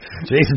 Jason